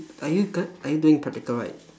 are you g~ are you doing practical right